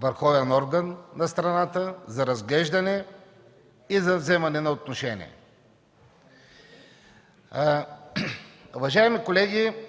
върховен орган на страната за разглеждане и за вземане на отношение. Уважаеми колеги, лично